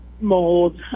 mold